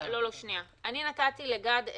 אני בהקשר הזה רוצה לומר משהו למשרד הבריאות,